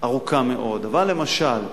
ארוכה מאוד, אבל למשל,